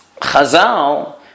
Chazal